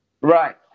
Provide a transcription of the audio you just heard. right